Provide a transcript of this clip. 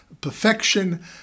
perfection